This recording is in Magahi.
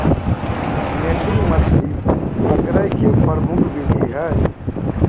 नेटिंग मछली पकडे के प्रमुख विधि हइ